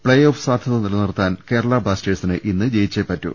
play off സാധ്യത നിലനിർത്താൻ കേരളാ ബ്ലാസ്റ്റേഴ്സിന് ഇന്ന് ജയിച്ചേ പറ്റൂ